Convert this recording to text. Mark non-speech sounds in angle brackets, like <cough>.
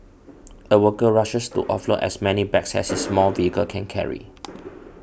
a worker rushes to offload as many bags <noise> as his small vehicle can carry